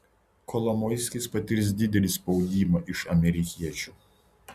kolomoiskis patirs didelį spaudimą iš amerikiečių